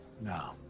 No